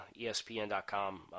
ESPN.com